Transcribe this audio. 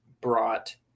brought